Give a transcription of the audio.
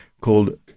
called